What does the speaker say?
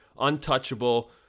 untouchable